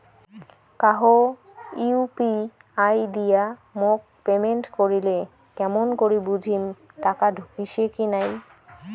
কাহো ইউ.পি.আই দিয়া মোক পেমেন্ট করিলে কেমন করি বুঝিম টাকা ঢুকিসে কি নাই?